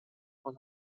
und